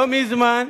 לא מזמן,